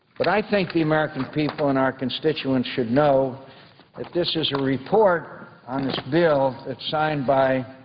but i think the american people and our constituents should know that this is a report on this bill that's signed by